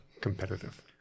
competitive